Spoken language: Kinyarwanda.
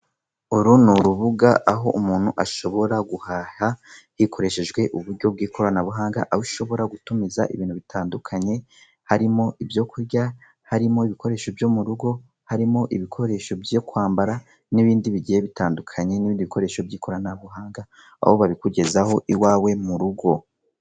Uru ni urubuga ao umuntu ashobora guhaha yikoreshejwe uburyo bw'ikoranabuhanga, aho ushobora gutumiza ibintu bitandukanye, harimo ibyo kurya, harimo ibikoreshp byo mu rugo, harimo ibikoresho byo kwambara, n'ibindi bigiye bitandukanye, n'ibindi bikoresho by'ikoranabuhanga aho babikugezaho iwawe mu rugo.